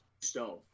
stone